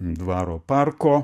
dvaro parko